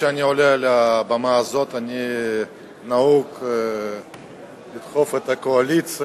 כשאני עולה על הבמה הזאת נהוג לדחוף את הקואליציה,